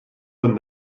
són